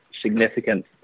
significant